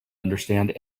understand